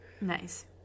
Nice